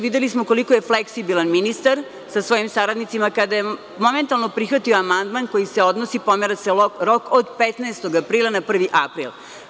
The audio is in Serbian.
Videli smo koliko je fleksibilan ministar sa svojim saradnicima kada je momentalno prihvatio amandman koji se odnosi, pomera se rok od 15. aprila na 1. april.